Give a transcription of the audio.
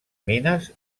mines